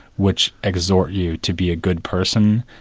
which exhort you to be a good person,